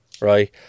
right